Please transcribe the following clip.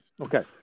okay